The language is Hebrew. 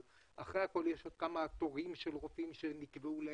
אבל אחרי הכול יש עוד כמה דברים כמו תור לרופא שנקבע להם.